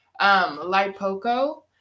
lipoco